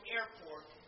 Airport